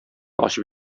ачып